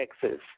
Texas